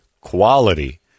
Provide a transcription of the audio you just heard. quality